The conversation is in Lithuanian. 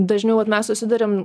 dažniau vat mes susiduriam